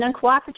uncooperative